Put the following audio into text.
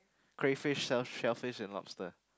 crayfish shell shellfish and lobster